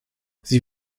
sie